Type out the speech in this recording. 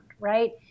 right